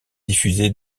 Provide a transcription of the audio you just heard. diffusée